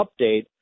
update